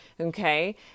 Okay